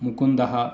मुकुन्दः